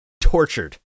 tortured